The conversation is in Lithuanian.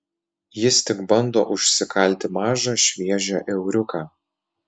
jis tik bando užsikalti mažą šviežią euriuką